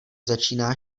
začíná